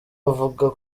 avuga